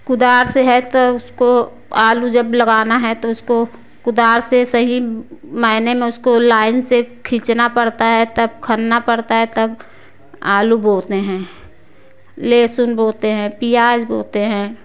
कुदाल से है तो उसको आलू जब लगाना है तो उसको कुदाल से सही मायने में उसको लाइन से खींचना पड़ता है तब खनना पड़ता है तब आलू बोते हैं लहसून बोते हैं प्याज़ बोते हैं